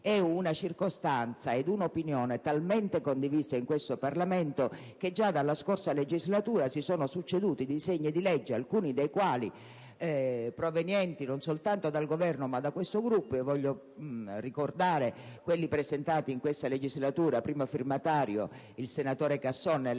stessi indagati, è un'opinione talmente condivisa in questo Parlamento che già dalla scorsa legislatura si sono succeduti disegni di legge, alcuni dei quali provenienti non soltanto dal Governo, ma anche da questo Gruppo. Voglio ricordare quelli presentati in questa legislatura: uno come primo firmatario ha il senatore Casson e